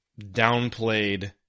downplayed